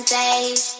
days